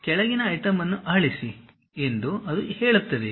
ಕೆಳಗಿನ ಐಟಂ ಅನ್ನು ಅಳಿಸಿ ಎಂದು ಅದು ಹೇಳುತ್ತದೆಯೇ